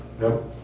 Nope